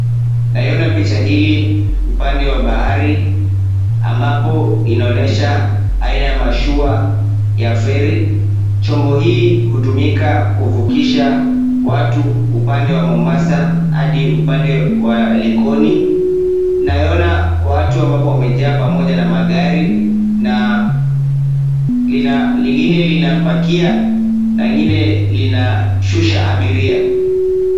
Naiona picha hili upande wa bahari ambapo inaonyesha aina ya mashua ya feri. Chombo hii hutumika kuvukisha watu upande wa Mombasa hadi upande wa Likoni. Naiona watu ambapo wamejaa pamoja na magari na lina lingine linapakia na ingine linashusha abiria.